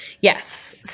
Yes